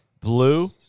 Blue